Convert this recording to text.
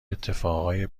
اتفاقای